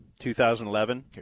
2011